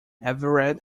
everett